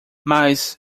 mas